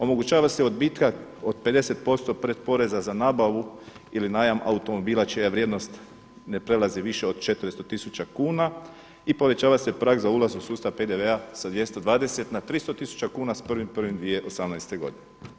Omogućava se odbitak od 50% pretporeza za nabavu ili najam automobila čija vrijednost ne prelazi više od 400 tisuća kuna i povećava se prag za ulaz u sustav PDV-a sa 220 na 300 tisuća kuna s 1. 1. 2018. godine.